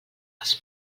els